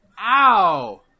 Ow